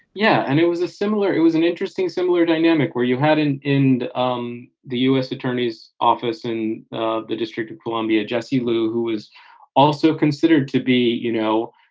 yeah. and it was a similar it was an interesting similar dynamic where you had in in um the u s. attorney's office in ah the district of columbia, jesse lou, who is also considered to be, you know,